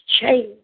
change